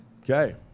okay